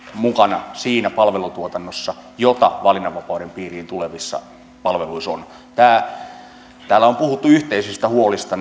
mukana siinä palvelutuotannossa jota valinnanvapauden piiriin tulevissa palveluissa on täällä on puhuttu yhteisistä huolista